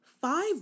five